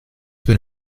been